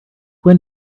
when